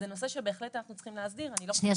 זה נושא שבהחלט אנחנו צריכים להסדיר -- שנייה,